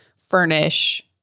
furnish